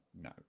no